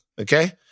Okay